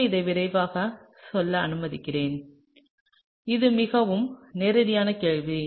எனவே இதை விரைவாகச் செல்ல அனுமதிக்கிறேன் இது மிகவும் நேரடியான கேள்வி